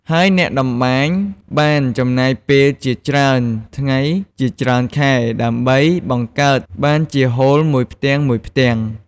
ហើយអ្នកតម្បាញបានចំណាយពេលជាច្រើនថ្ងៃជាច្រើនខែដើម្បីបង្កើតបានជាហូលមួយផ្ទាំងៗ។